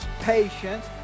patience